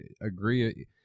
agree